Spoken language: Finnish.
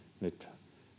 nyt